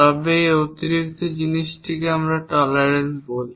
তবে এই অতিরিক্ত জিনিসটিকে আমরা টলারেন্স বলি